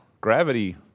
Gravity